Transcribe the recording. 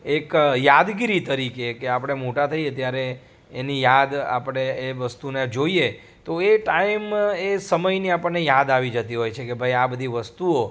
એક યાદગીરી તરીકે કે આપણે મોટા થઈએ ત્યારે એની યાદ આપણે એ વસ્તુને જોઈએ તો એ ટાઇમ એ સમયની આપણને યાદ આવી જતી હોય છે કે ભાઈ આ બધી વસ્તુઓ